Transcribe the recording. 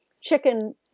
chicken